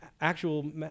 actual